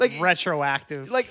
retroactive